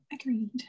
agreed